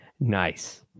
nice